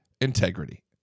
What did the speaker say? integrity